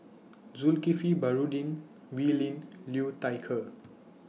Zulkifli Baharudin Wee Lin Liu Thai Ker